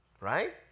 Right